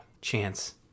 chance